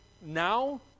now